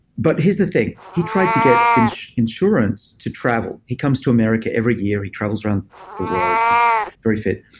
but here's the thing. he tried to get insurance to travel. he comes to america every year. he travels around the world. he's very fit.